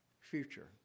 Future